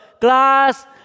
glass